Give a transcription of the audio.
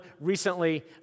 recently